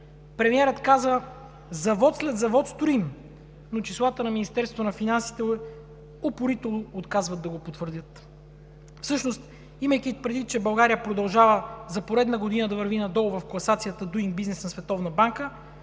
Премиерът каза: „Завод след завод строим“, но числата на Министерството на финансите упорито отказват да го потвърдят. Всъщност, имайки предвид, че България продължава за поредна година да върви надолу в класацията Doing Business на Световната банка,